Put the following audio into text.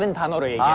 and january?